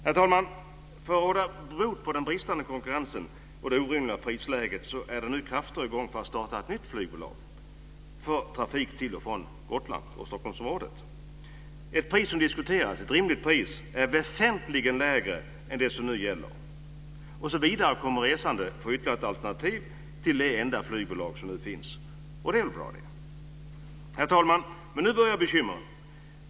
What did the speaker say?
För att råda bot på den bristande konkurrensen och det orimliga prisläget så är det nu krafter i gång för att starta ett nytt flygbolag för trafik till och från Gotland och Stockholmsområdet. Det pris som diskuteras är rimligt och väsentligt lägre än det som nu gäller. Vidare kommer resande att få ytterligare ett alternativ till det enda flygbolag som nu finns, och det är bra. Herr talman! Nu börjar bekymren.